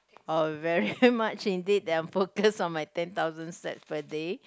err very much indeed that I'm focus on my ten thousand steps per day